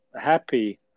happy